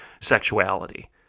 sexuality